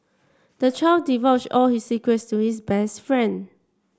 the child divulged all his secrets to his best friend